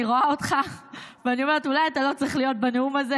אני רואה אותך ואני אומרת: אולי אתה לא צריך להיות בנאום הזה,